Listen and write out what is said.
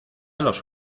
los